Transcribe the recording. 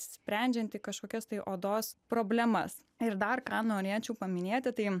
sprendžianti kažkokias tai odos problemas ir dar ką norėčiau paminėti tai